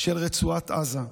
של רצועת עזה.